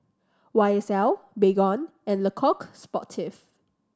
Y S L Baygon and Le Coq Sportif